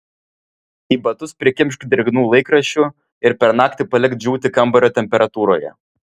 į batus prikimšk drėgnų laikraščių ir per naktį palik džiūti kambario temperatūroje